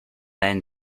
then